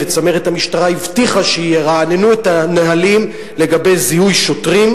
וצמרת המשטרה הבטיחה שירעננו את הנהלים לגבי זיהוי שוטרים.